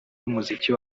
b’umuziki